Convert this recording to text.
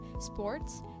sports